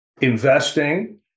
investing